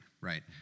right